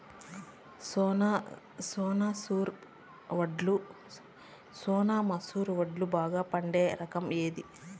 సోనా మసూర వడ్లు బాగా పండే రకం ఏది